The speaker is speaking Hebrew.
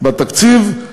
בתקציב,